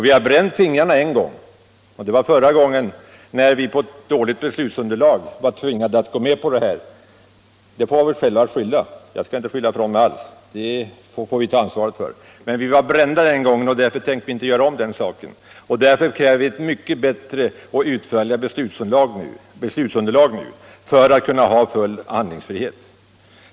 Vi har bränt fingrarna en gång, och det var när vi på ett dåligt beslutsunderlag var tvingade att gå med på den första stålverkssatsningen. Vi har väl oss själva att skylla; jag skall inte skylla ifrån mig alls, det får vi ta ansvaret för. Men vi var brända den gången, och därför tänker vi inte göra om misstaget. Det är därför vi kräver ett mycket bättre och utförligare beslutsunderlag nu för att kunna ha full handlingsfrihet.